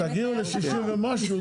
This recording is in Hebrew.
כשתגיעו ל-60 ומשהו,